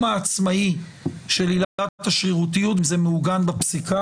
העצמאי של עילת השרירותיות ואם זה מעוגן בפסיקה,